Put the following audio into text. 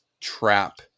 trap